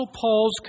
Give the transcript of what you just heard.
Paul's